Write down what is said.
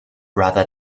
rather